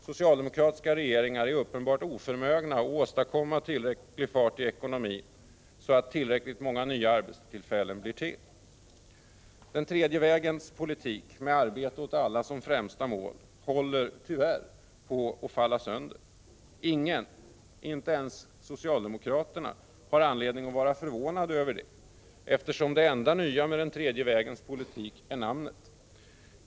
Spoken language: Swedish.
Socialdemokratiska regeringar är uppenbart oförmögna att åstadkomma tillräcklig fart i ekonomin så att tillräckligt många nya arbetstillfällen blir till. Den tredje vägens politik med arbete åt alla som främsta mål håller de facto på att falla sönder. Ingen, inte ens socialdemokraterna, har anledning att vara förvånad över detta eftersom det enda nya med den tredje vägens politik är namnet.